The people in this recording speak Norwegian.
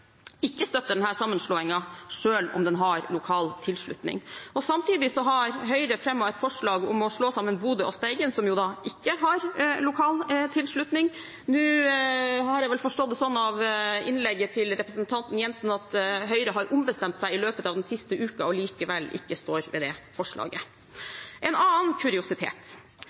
ikke støtter denne sammenslåingen, selv om den har lokal tilslutning. Samtidig har Høyre fremmet et forslag om å slå sammen Bodø og Steigen, noe som ikke har lokal tilslutning. Nå har jeg forstått det sånn av innlegget til representanten Jenssen at Høyre har ombestemt seg i løpet av den siste uken og likevel ikke står ved det forslaget. En annen kuriositet: